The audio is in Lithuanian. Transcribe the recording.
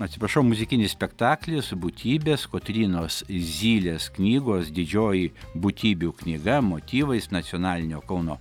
atsiprašau muzikinis spektaklis būtybės kotrynos zylės knygos didžioji būtybių knyga motyvais nacionalinio kauno